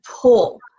pull